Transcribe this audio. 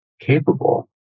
capable